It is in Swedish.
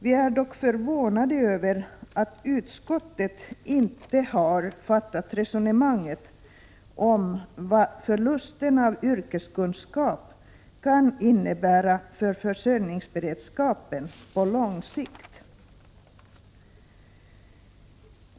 Vi är dock förvånade över att utskottet inte har fattat resonemanget om vad förlusten av yrkeskunskap kan innebära för försörjningsberedskapen på lång sikt.